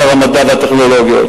שר המדע והטכנולוגיה,